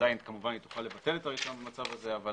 כמובן היא תוכל לבטל את הרישיון במצב הזה אבל